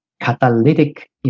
catalytic